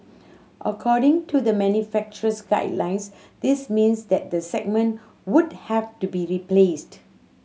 according to the manufacturer's guidelines this means that the segment would have to be replaced